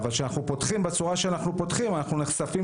כשאנחנו פותחים בצורה שאנחנו פותחים אנחנו נחשפים